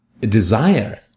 desire